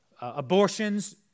abortions